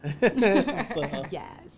Yes